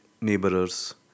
neighbors